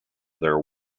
there